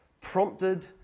Prompted